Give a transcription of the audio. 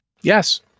Yes